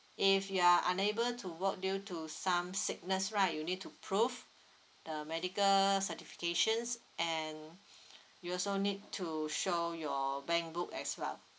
if you're unable to work due to some sickness right you need to prove the medical certifications and you also need to show your bank book as well